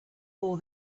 all